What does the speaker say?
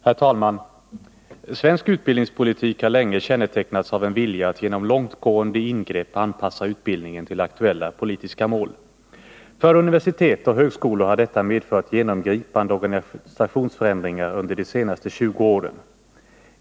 Herr talman! Svensk utbildningspolitik har länge kännetecknats av en vilja att genom långtgående ingrepp anpassa utbildningen till aktuella politiska mål. För universitet och högskolor har detta medfört genomgripande organisationsförändringar under de senaste 20 åren.